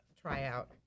tryout